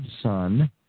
son